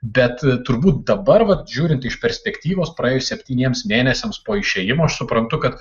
bet turbūt dabar vat žiūrint iš perspektyvos praėjus septyniems mėnesiams po išėjimo aš suprantu kad